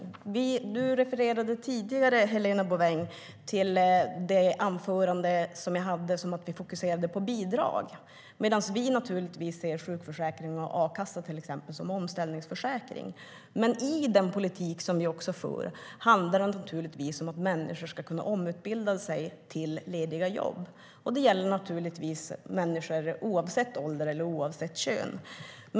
STYLEREF Kantrubrik \* MERGEFORMAT InkomstskattI den politik vi för handlar det naturligtvis om att människor ska kunna omutbilda sig till lediga jobb. Det gäller naturligtvis människor oavsett ålder och kön.